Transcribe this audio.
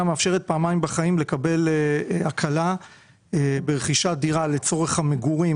מאפשרת פעמיים בחיים לקבל הקלה ברכישת דירה לצורך המגורים